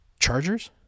Chargers